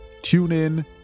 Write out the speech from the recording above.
TuneIn